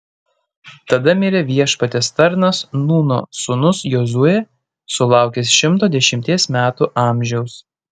tada mirė viešpaties tarnas nūno sūnus jozuė sulaukęs šimto dešimties metų amžiaus